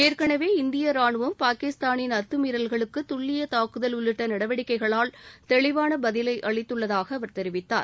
ஏற்களவே இந்திய ரானுவம் பாகிஸ்தாளின் அத்தமீறல்களுக்கு துல்லிய தாக்குதல் உள்ளிட்ட நடவடிக்கைகளால் தெளிவான பதிலை அளித்துள்ளதாக அவர் தெரிவித்தார்